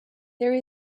there